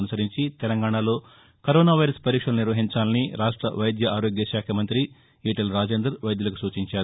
అనుసరించి తెలంగాణలో corona virus పరీక్షలు నిర్వహించాలని రాష్ట వైద్య ఆరోగ్య శాఖ మంగ్రి ఈటెల రాజేందర్ వైద్యులకు సూచించారు